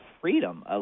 freedom